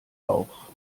auch